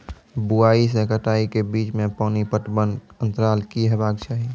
बुआई से कटाई के बीच मे पानि पटबनक अन्तराल की हेबाक चाही?